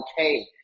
okay